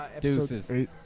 Deuces